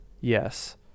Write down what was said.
Yes